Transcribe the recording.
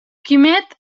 quimet